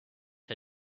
her